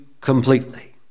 completely